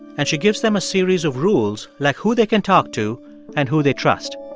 and she gives them a series of rules, like who they can talk to and who they trust.